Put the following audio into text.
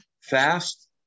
fast